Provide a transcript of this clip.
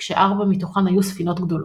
כשארבע מתוכן היו ספינות גדולות.